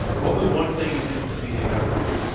what was one thing you think that the media got wrong?